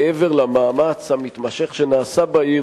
מעבר למאמץ המתמשך שנעשה בעיר,